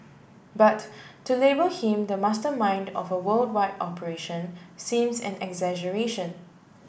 but to label him the mastermind of a worldwide operation seems an exaggeration